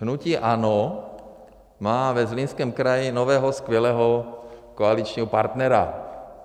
Hnutí ANO má ve Zlínském kraji nového skvělého koaličního partnera.